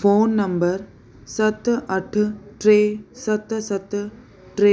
phone number सत अठ टे सत सत टे